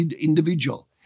individual